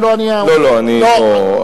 אם לא אני, לא, אני לא מעוניין.